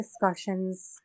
discussions